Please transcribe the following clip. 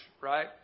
Right